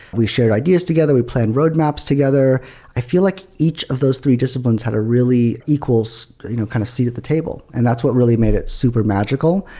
we shared ideas together. we planned roadmaps together i feel like each of those three disciplines had a really equal so you know kind of seat at the table. and that's what really made it super magical.